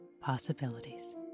possibilities